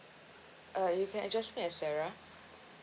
uh you can address me as sarah